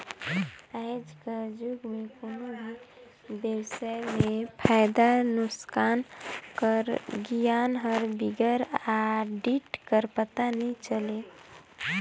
आएज कर जुग में कोनो भी बेवसाय में फयदा नोसकान कर गियान हर बिगर आडिट कर पता नी चले